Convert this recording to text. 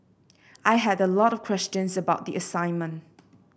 I had a lot of questions about the assignment